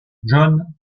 john